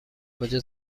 کجا